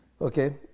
Okay